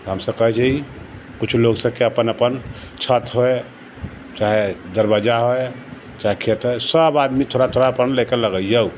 हमसब कहै छी कुछ लोक सबके अपन अपन छत है चाहे दरवज्जा है चाहे खेत है सब आदमी थोड़ा थोड़ा अपन लेके लगैयौ